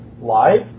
live